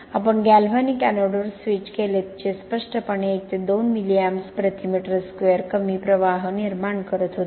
आपण गॅल्व्हॅनिक एनोडवर स्विच केले जे स्पष्टपणे 1 ते 2 मिली amps प्रति मीटर स्क्वेअर कमी प्रवाह निर्माण करत होते